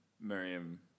Miriam